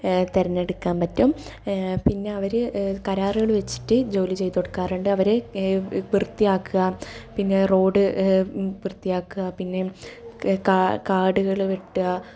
തെരഞ്ഞെടുക്കാൻ പറ്റും പിന്നെ അവർ കരാറുകൾ വെച്ചിട്ട് ജോലി ചെയ്തുകൊടുക്കാറുണ്ട് അവർ വൃത്തിയാക്കുക പിന്നെ റോഡ് വൃത്തിയാക്കുക പിന്നെ ക കാടുകൾവെട്ടുക